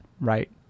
right